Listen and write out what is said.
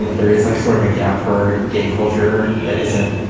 there is like sort of a gap for gay culture that isn't